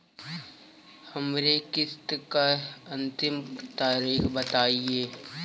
हमरे किस्त क अंतिम तारीख बताईं?